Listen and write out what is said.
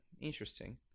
interesting